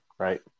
Right